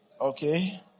Okay